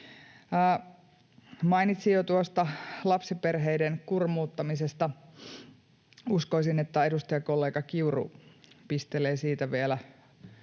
Mainitsin jo tuosta lapsiperheiden kurmuuttamisesta. Uskoisin, että edustajakollega Kiuru pistelee siitä vielä